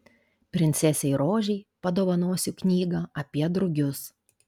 princesei rožei padovanosiu knygą apie drugius